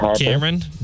Cameron